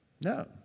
No